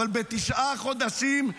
אבל בתשעה חודשים,